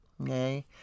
Okay